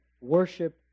worship